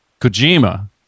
Kojima